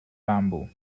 bamboo